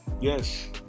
Yes